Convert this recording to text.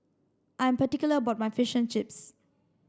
I am particular about my Fish and Chips